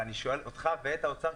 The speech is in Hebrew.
ואני שואל אותך ואת האוצר,